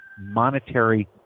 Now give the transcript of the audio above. monetary